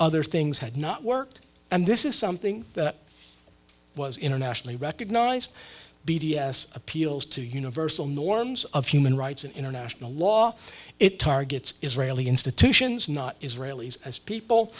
other things had not worked and this is something was internationally recognized b d s appeals to universal norms of human rights and international law it targets israeli institutions not israelis as people